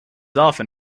often